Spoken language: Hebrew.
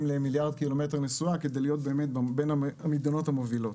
למיליארד קילומטר נסועה כדי להיות בין המדינות המובילות.